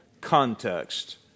context